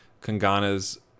Kangana's